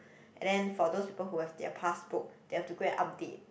and then for those people who have their Passbook they have to go and update